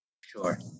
Sure